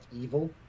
Evil